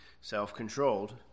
self-controlled